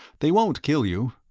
they won't kill you.